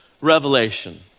revelation